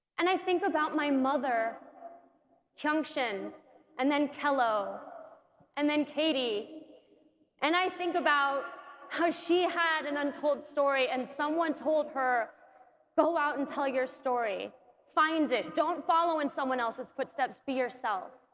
and i think about my mother kyung-shen and then kello and then katie and i think about how she had an untold story and someone told her go out and tell your story find it don't follow in someone else's footsteps be yourself